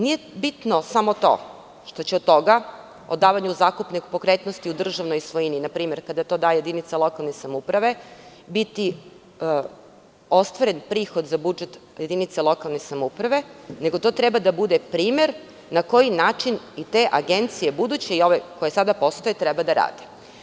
Nije bitno samo to što će od toga, od davanja u zakup nepokretnosti u državnoj svojini, na primer kada to daje jedinica lokalne samouprave, biti ostvaren prihod za budžet lokalne samouprave, nego to treba da bude primer na koji način i te buduće agencije i ove koje sada postoje treba da rade.